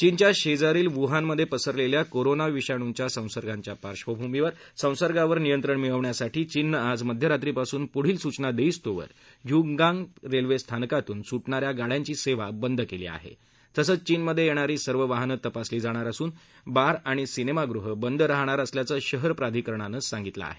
चीनच्या शेजारील वूहानमधे पसरलेल्या कोरोना विषाणूच्या संसर्गाच्या पार्श्वभूमीवर संसर्गावर नियंत्रण मिळवण्यासाठी चीननं आज मध्यरात्रीपासून प्ढील सूचना देईस्तोवर हयूंगांग रेल्वे स्थानकातून सूटणा या गाड्यांची सेवा बंद केली आहे तसंच चीनमधे येणारी सर्व वाहनं तपासली जाणार असून बार आणि सिनेमागृह बंद राहणार असल्याचं शहर प्राधिकरणानं सांगितलं आहे